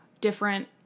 different